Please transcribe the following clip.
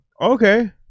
Okay